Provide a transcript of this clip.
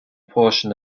portion